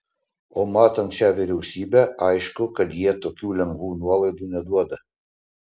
o matant šią vyriausybę aišku kad jie tokių lengvų nuolaidų neduoda